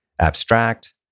abstract